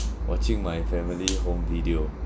watching my family home video